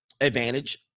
Advantage